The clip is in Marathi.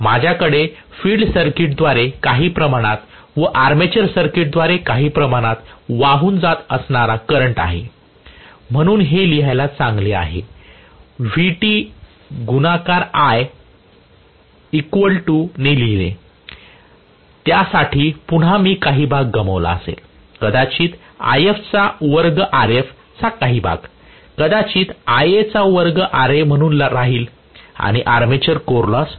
माझ्याकडे फील्ड सर्किटद्वारे काही प्रमाणात व आर्मेचर सर्किटद्वारे काही प्रमाणात वाहून जात असणारा करंट आहेम्हणून हे लिहायला चांगले आहे Vt गुणाकार I ने लिहिले त्यातील पुन्हा मी काही भाग गमावला असेल कदाचित If चा वर्ग Rf चा काही भाग कदाचित Ia चा वर्ग Ra म्हणून राहील आणि आर्मेचर कोर लॉस सुद्धा